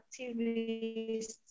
activists